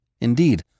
Indeed